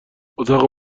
اتاق